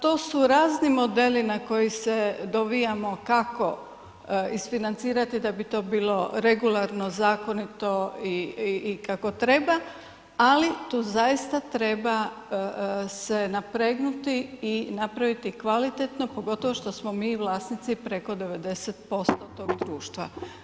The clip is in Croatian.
To su razni modeli na koji se dovijamo kako isfinancirati da bi to bilo regularno, zakonito i kako treba, ali tu zaista treba se napregnuti i napraviti kvalitetno, pogotovo što smo mi vlasnici preko 90% tog društva.